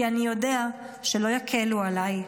כי אני יודע שלא יקלו עליי.